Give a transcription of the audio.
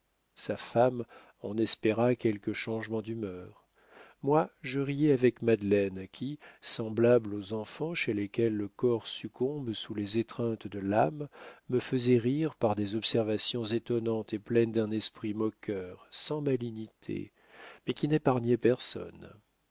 sa femme en espéra quelque changement d'humeur moi je riais avec madeleine qui semblable aux enfants chez lesquels le corps succombe sous les étreintes de l'âme me faisait rire par des observations étonnantes et pleines d'un esprit moqueur sans malignité mais qui n'épargnait personne